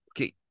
Okay